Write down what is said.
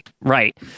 Right